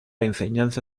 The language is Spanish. enseñanza